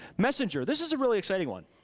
messenger, this is a really exciting one.